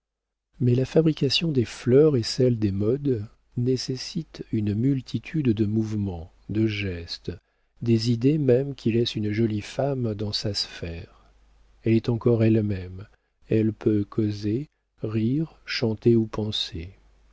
mais la fabrication des fleurs et celle des modes nécessitent une multitude de mouvements de gestes des idées même qui laissent une jolie femme dans sa sphère elle est encore elle-même elle peut causer rire chanter ou penser